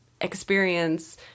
experience